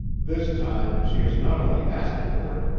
this time she has not only asked for it,